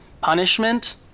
Punishment